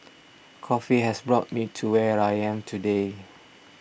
coffee has brought me to where I am today